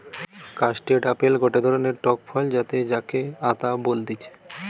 custard apple গটে ধরণের টক ফল যাতে যাকে আতা বলতিছে